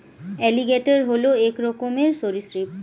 alligator হল এক রকমের সরীসৃপ